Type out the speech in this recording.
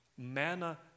manna